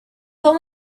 tell